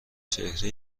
چهره